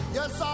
Yes